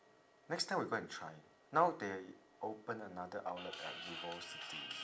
next time we go and try now they open another outlet at vivocity